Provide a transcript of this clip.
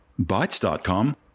Bytes.com